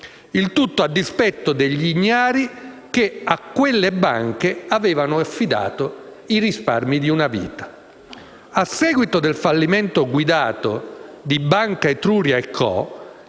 Il tutto a dispetto degli ignari che a quelle banche avevano affidato i risparmi di una vita. A seguito del "fallimento guidato" di Banca Etruria & Co.